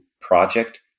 project